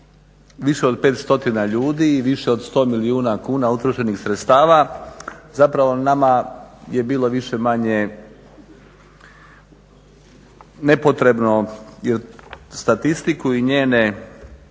više od 5 stotina ljudi i više od 100 milijuna kuna utrošenih sredstava, zapravo nama je bilo više-manje nepotrebno jer statistiku i njene